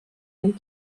and